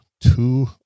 two